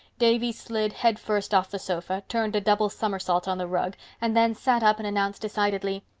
davy slid head first off the sofa, turned a double somersault on the rug, and then sat up and announced decidedly,